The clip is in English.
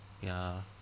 ya